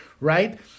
right